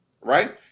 right